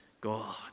God